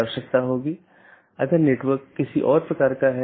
जिसे हम BGP speaker कहते हैं